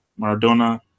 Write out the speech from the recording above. Maradona